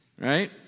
right